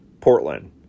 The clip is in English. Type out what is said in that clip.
Portland